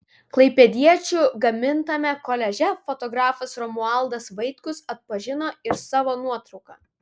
klaipėdiečių gamintame koliaže fotografas romualdas vaitkus atpažino ir savo nuotrauką